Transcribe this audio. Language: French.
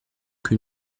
que